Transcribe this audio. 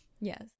Yes